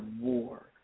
War